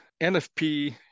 NFP